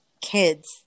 kids